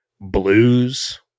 blues